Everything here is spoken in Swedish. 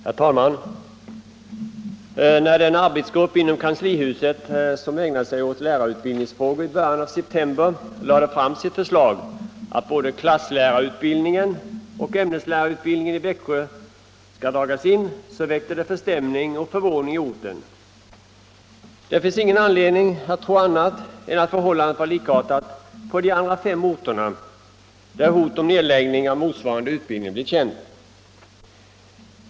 Herr talman! När den arbetsgrupp inom kanslihuset som ägnat sig åt lärarutbildningsfrågor i början av september lade fram sitt förslag att både klasslärarutbildningen och ämneslärarutbildningen i Växjö skall dras in väckte det förstämning och förvåning i orten. Det finns ingen anledning att tro annat än att förhållandet var likartat på de andra fem orterna där hot om nedläggning av motsvarande utbildning blev känt.